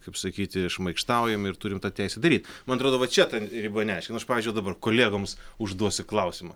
kaip sakyti šmaikštaujam ir turim tą teisę daryt man atrodo va čia ta riba neaiški nu aš pavyzdžiui dabar kolegoms užduosiu klausimą